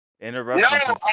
interrupting